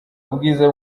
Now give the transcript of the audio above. ubwiza